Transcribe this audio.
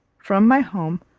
from my home,